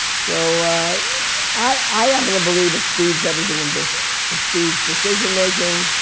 so i happen to believe it speeds everything in business. it speeds decision-making,